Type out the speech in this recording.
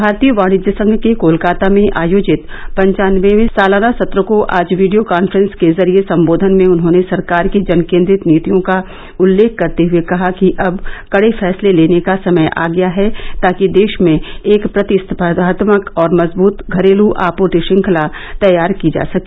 भारतीय वाणिज्य संघ के कोलकाता में आयोजित पन्चानबयें सालाना सत्र को आज वीडियो कांफ्रेंस के जरिए संबोधन में उन्होंने सरकार की जन केन्द्रित नीतियों का उल्लेबख करते हुए कहा कि अब कड़े फैसले लेने का समय आ गया है ताकि देश में एक प्रतिस्फर्वात्मक और मजबूत घरेलू आपूर्ति श्रंखला तैयार की जा सके